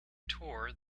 tour